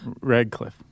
Radcliffe